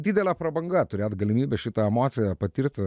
didelė prabanga turėt galimybę šitą emociją patirti